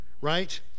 right